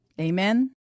Amen